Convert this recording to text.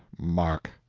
mark.